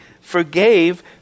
forgave